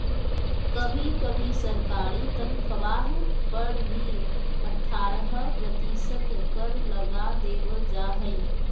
कभी कभी सरकारी तन्ख्वाह पर भी अट्ठारह प्रतिशत कर लगा देबल जा हइ